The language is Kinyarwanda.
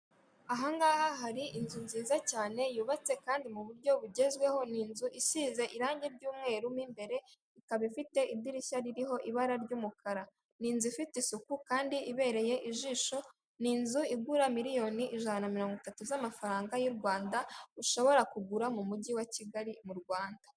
Aha ngaha hari inzu nziza cyane yubatse kandi mu buryo bugezweho, ni inzu isize irangi ry'umweru mo imbere, ikaba ifite idirishya ririho ibara ry'umukara. Ni inzu ifite isuku kandi ibereye ijisho, ni inzu igura miliyoni ijana na mirongo itatu z'amafaranga y'u Rwanda, ushobora kugura mu mujyi wa Kigali mu Rwanda.